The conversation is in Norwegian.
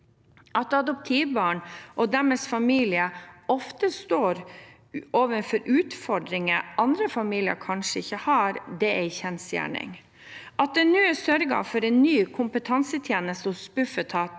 At adoptivbarn og deres familier ofte står overfor utfordringer andre familier kanskje ikke har, er en kjensgjerning. At det nå er sørget for en ny kompetansetjeneste hos Bufetat